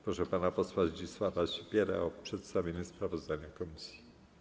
Proszę pana posła Zdzisława Sipierę o przedstawienie sprawozdania komisji.